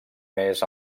més